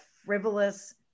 frivolous